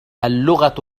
اللغة